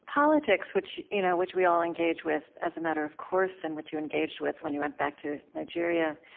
politics which you know which we all engage with as a matter of course and which you engaged with when you went back to nigeria